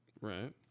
Right